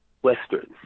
western